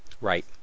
Right